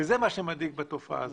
וזה מה שמדאיג בתופעה הזאת.